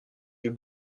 yeux